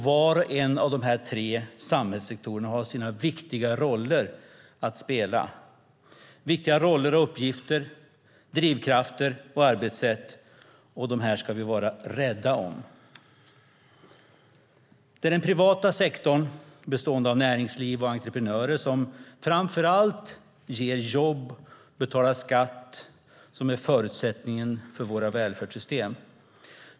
Var och en av de tre samhällssektorerna har sina viktiga roller att spela, viktiga roller och uppgifter, drivkrafter och arbetssätt. Dem ska vi vara rädda om. Det är den privata sektorn, bestående av näringsliv och entreprenörer, som framför allt ger jobb och betalar skatt som är förutsättningen för våra välfärdssystem.